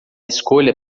escolha